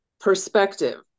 perspective